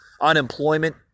unemployment